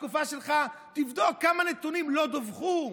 בתקופה שלך, תבדוק כמה נתונים לא דווחו.